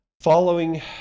following